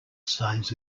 sides